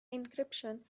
encryption